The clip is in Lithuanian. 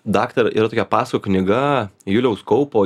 daktaro yra tokia pasakų knyga juliaus kaupo